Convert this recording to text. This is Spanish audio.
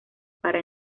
para